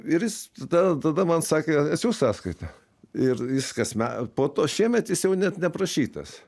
ir jis tada tada man sakė atsiųsk sąskaitą ir jis kasme po to šiemet jis jau net neprašytas